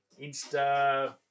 Insta